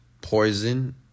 Poison